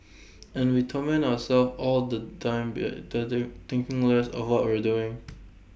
and we torment ourselves all the time by does the thinking less of what we're doing